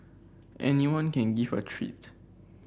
anyone can give a treat